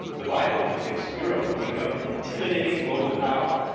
the bible predicts europe will become an intimidating global power.